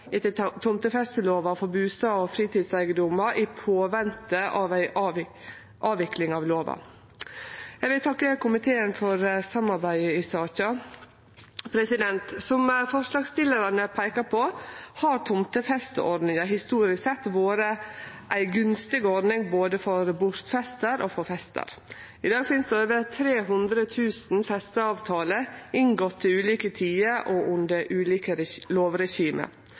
tomtefestelova for bustad- og fritidseigedommar i påvente av ei avvikling av lova. Eg vil takke komiteen for samarbeidet i saka. Som forslagsstillarane peikar på, har tomtefesteordninga historisk sett vore ei gunstig ordning både for bortfestar og for festar. I dag finst det over 300 000 festeavtalar inngåtte til ulike tider og under ulike